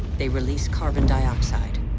they release carbon dioxide.